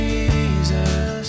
Jesus